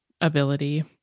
ability